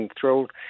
thrilled